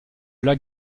lac